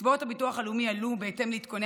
קצבאות הביטוח הלאומי עלו בהתאם לעדכוני